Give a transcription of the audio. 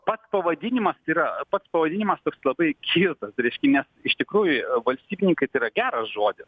pats pavadinimas yra pats pavadinimas yra labai kirtas reiškia nes iš tikrųjų valstybininkai tai yra geras žodis